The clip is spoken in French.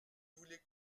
voulez